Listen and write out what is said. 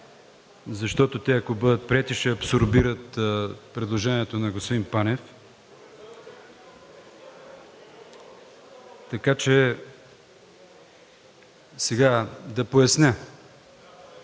защото те, ако бъдат приети, ще абсорбират предложението на господин Панев. Да поясня.